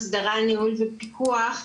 הסדרה ניהול ופיקוח,